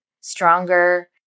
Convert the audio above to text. stronger